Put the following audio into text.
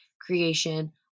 creation